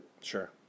Sure